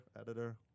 editor